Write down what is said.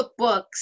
cookbooks